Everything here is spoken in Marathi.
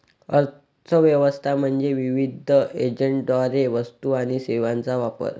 अर्थ व्यवस्था म्हणजे विविध एजंटद्वारे वस्तू आणि सेवांचा वापर